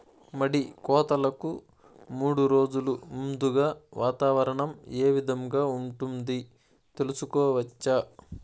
మడి కోతలకు మూడు రోజులు ముందుగా వాతావరణం ఏ విధంగా ఉంటుంది, తెలుసుకోవచ్చా?